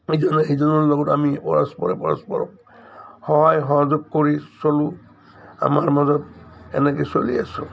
ইজনে সিজনৰ লগত আমি পৰস্পৰে পৰস্পৰক সহায় সহযোগ কৰি চলোঁ আমাৰ মাজত এনেকৈ চলি আছোঁ